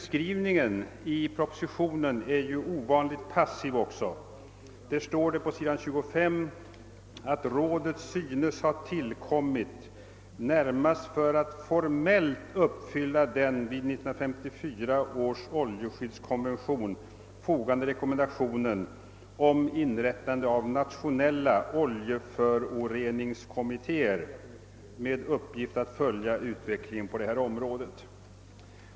Skrivningen i propositionen är också ovanligt passiv. Det står på sid. 25, att rådet synes ha tillkommit närmast för att formellt uppfylla den vid 1954 års oljeskyddskonvention fogade rekommendationen om inrättande av nationella oljeföroreningskommittéer med uppgift att följa utvecklingen på detta område.